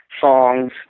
songs